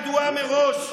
ידועה מראש.